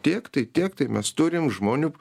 tiek tai tiek tai mes turim žmonių